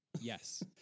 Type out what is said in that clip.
Yes